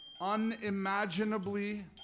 unimaginably